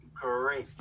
great